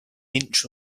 inch